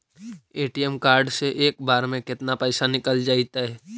ATM card से एक बार में केतना पैसा निकल जइतै?